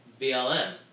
BLM